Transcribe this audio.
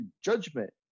Judgment